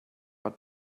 but